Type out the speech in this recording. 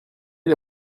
est